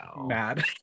mad